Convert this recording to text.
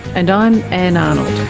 and i'm ann arnold